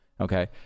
Okay